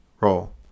roll